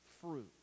Fruit